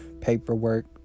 paperwork